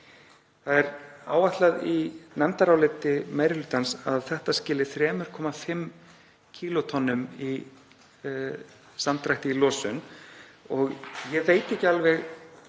Það er áætlað í nefndaráliti meiri hlutans að þetta skili 3,5 kílótonnum í samdrætti í losun. Ég veit ekki alveg